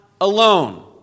alone